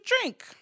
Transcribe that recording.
drink